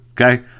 Okay